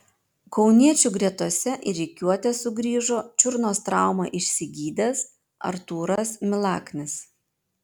kauniečių gretose į rikiuotę sugrįžo čiurnos traumą išsigydęs artūras milaknis